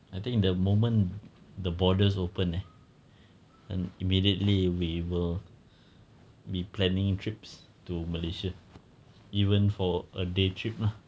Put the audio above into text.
I think the moment the borders open eh immediately we will be planning trips to malaysia even for a day trip lah